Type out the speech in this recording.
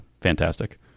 fantastic